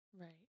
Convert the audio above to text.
Right